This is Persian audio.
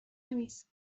میز